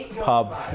pub